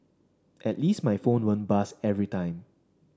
at least my phone won't buzz every time